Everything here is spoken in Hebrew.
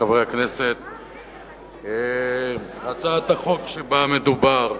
חברי הכנסת, הצעת החוק שבה מדובר,